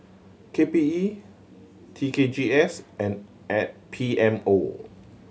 K P E T K G S and and P M O